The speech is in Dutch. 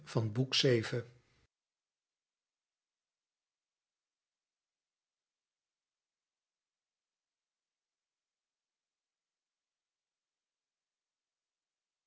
van het boek